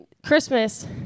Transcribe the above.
Christmas